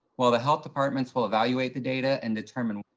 while the health departments will evaluate the data and determine what,